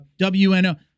WNO